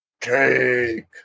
cake